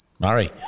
Murray